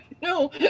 No